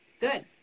Good